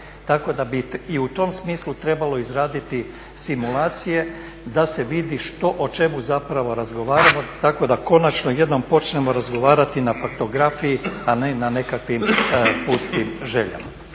Tako da bi i u tom smislu trebalo izraditi simulacije da se vidi što, o čemu zapravo razgovaramo tako da konačno jednom počnemo razgovarati na faktografiji, a ne na nekakvim pustim željama.